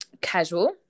casual